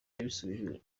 yasubijwe